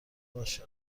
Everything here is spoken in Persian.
باشه